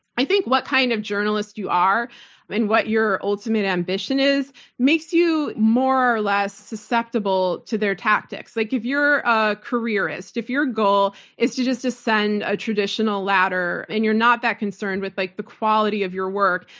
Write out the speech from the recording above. i think what kind of journalists you are and what your ultimate ambition is makes you more or less susceptible to their tactics. like if you're a careerist, if your goal is to just ascend a traditional ladder and you're not that concerned with like the quality of your work,